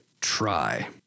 try